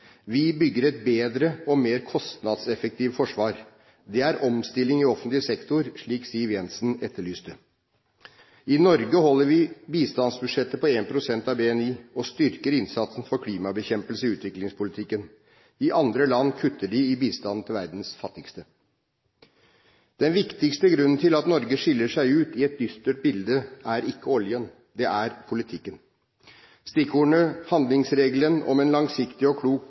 Vi bygger et bedre og mer kostnadseffektivt forsvar. Det er omstilling i offentlig sektor, slik Siv Jensen etterlyste. I Norge holder vi bistandsbudsjettet på 1 pst. av BNI og styrker innsatsen for klimabekjempelse i utviklingspolitikken. I andre land kutter de i bistanden til verdens fattigste. Den viktigste grunnen til at Norge skiller seg ut i et dystert bilde, er ikke oljen – det er politikken. Stikkordene: handlingsregelen om en langsiktig og klok